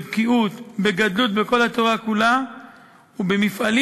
גם בקיאות וגדלות בכל התורה כולה וגם כאלו מפעלים